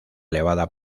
elevada